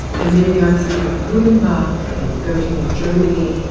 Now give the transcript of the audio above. and then johann friedrich blumenbach in gottingen, germany,